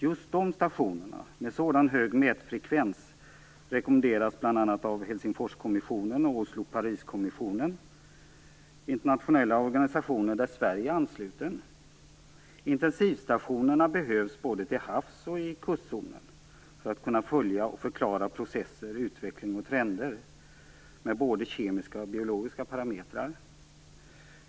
Just de stationerna, med sådan hög mätfrekvens, rekommenderas bl.a. av Helsingforskommissionen och Oslo-Paris-kommissionen, internationella organisationer till vilka Sverige är anslutet. Intensivstationerna behövs, både till havs och i kustzonen, för att kunna följa och förklara processer, utveckling och trender med både kemiska och biologiska parametrar.